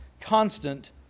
constant